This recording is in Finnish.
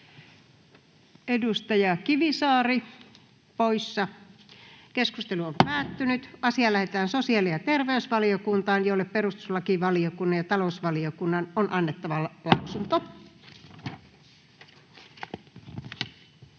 Puhemiesneuvosto ehdottaa, että asia lähetetään sosiaali- ja terveysvaliokuntaan, jolle perustuslakivaliokunnan ja talousvaliokunnan on annettava lausunto.